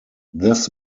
this